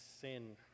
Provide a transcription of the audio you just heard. sin